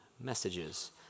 messages